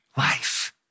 life